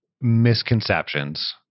misconceptions